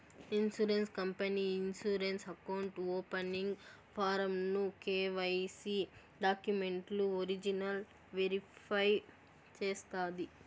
insurance company ఈ insurance account opening form ను KYC డాక్యుమెంట్లు ఒరిజినల్ వెరిఫై చేస్తాది